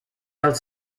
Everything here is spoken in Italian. dal